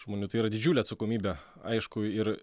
žmonių tai yra didžiulė atsakomybė aišku ir